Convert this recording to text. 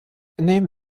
neben